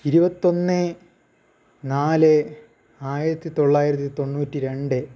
ഇരുവത്തൊന്നെ നാല് ആയിരത്തിത്തൊള്ളായിരത്തി തൊണ്ണൂറ്റിരണ്ട്